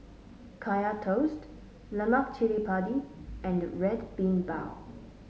Kaya Toast Lemak Cili Padi and Red Bean Bao